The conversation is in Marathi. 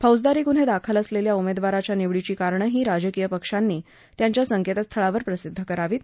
फौजदारी गुन्हे दाखल असलेल्या उमेदवाराच्या निवडीची कारणंही राजकीय पक्षांनी त्यांच्या संकेतस्थळावर प्रसिद्ध करावीत